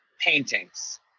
paintings